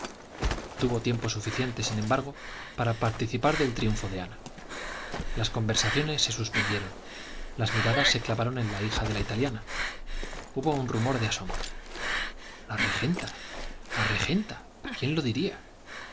tuvo tiempo suficiente sin embargo para participar del triunfo de ana las conversaciones se suspendieron las miradas se clavaron en la hija de la italiana hubo un rumor de asombro la regenta la regenta quién lo diría